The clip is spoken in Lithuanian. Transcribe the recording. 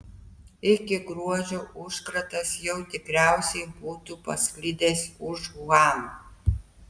iki gruodžio užkratas jau tikriausiai buvo pasklidęs už uhano